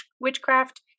witchcraft